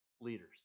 leaders